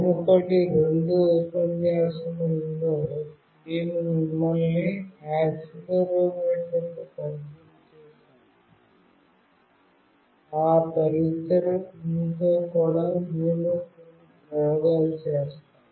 మునుపటి రెండు ఉపన్యాసాలలో మేము మిమ్మల్ని యాక్సిలెరోమీటర్కు పరిచయం చేసాము ఆ పరికరంతో కూడా మేము కొన్ని ప్రయోగాలు చేస్తాము